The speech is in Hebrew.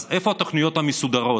אז איפה התוכניות המסודרות?